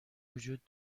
موجود